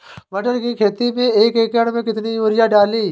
मटर की खेती में एक एकड़ में कितनी यूरिया डालें?